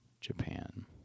Japan